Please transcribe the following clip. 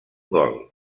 gol